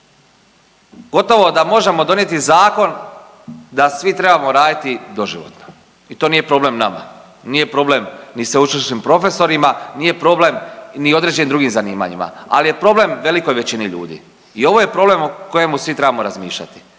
Gotovo da možemo donijeti zakon da svi trebamo raditi doživotno i to nije problem nama, nije problem ni sveučilišnim profesorima, nije problem ni određenim drugim zanimanjima, ali je problem velikoj većini ljudi. I ovo je problem o kojemu svi trebamo razmišljati.